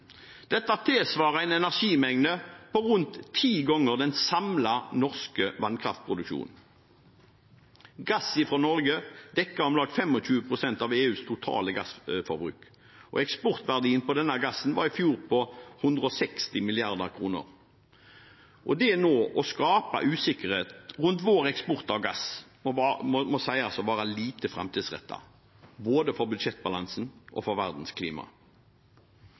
Dette tilsvarer en energimengde på rundt ti ganger den samlede norske vannkraftproduksjonen. Gass fra Norge dekker om lag 25 pst. av EUs totale gassforbruk, og eksportverdien av denne gassen var i fjor på 160 mrd. kr. Det nå å skape usikkerhet rundt vår eksport av gass må sies å være lite framtidsrettet, både for budsjettbalansen og for verdens klima.